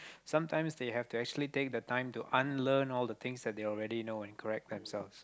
sometimes they have to actually take the time to unlearn all the things that they already know and correct themselves